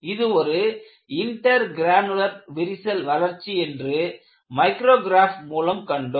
இது ஒரு இன்டர்கிரனுளர் விரிசல் வளர்ச்சி என்று மைக்ரோக்ராப் மூலம் கண்டோம்